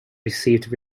received